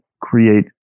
create